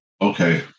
okay